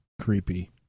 creepy